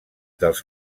dels